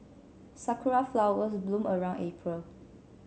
sakura flowers bloom around April